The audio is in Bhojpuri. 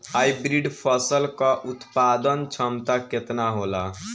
हाइब्रिड फसल क उत्पादन क्षमता केतना होला?